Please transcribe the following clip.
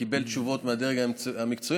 קיבל תשובות מהדרג המקצועי.